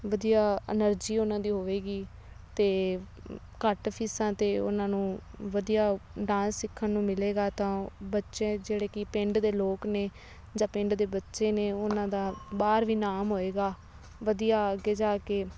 ਵਧੀਆ ਐਨਰਜੀ ਉਨ੍ਹਾਂ ਦੀ ਹੋਵੇਗੀ ਅਤੇ ਘੱਟ ਫੀਸਾਂ 'ਤੇ ਉਨ੍ਹਾਂ ਨੂੰ ਵਧੀਆ ਡਾਂਸ ਸਿੱਖਣ ਨੂੰ ਮਿਲੇਗਾ ਤਾਂ ਉਹ ਬੱਚੇ ਜਿਹੜੇ ਕਿ ਪਿੰਡ ਦੇ ਲੋਕ ਨੇ ਜਾਂ ਪਿੰਡ ਦੇ ਬੱਚੇ ਨੇ ਉਨ੍ਹਾਂ ਦਾ ਬਾਹਰ ਵੀ ਨਾਮ ਹੋਵੇਗਾ ਵਧੀਆ ਅੱਗੇ ਜਾ ਕੇ